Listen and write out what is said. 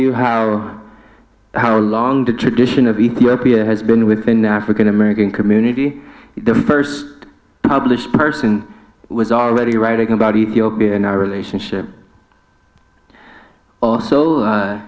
you how long the tradition of ethiopia has been within the african american community the first published person was already writing about ethiopia and our relationship so